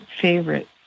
favorite